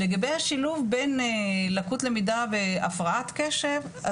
לגבי השילוב בין לקות למידה והפרעת קשב,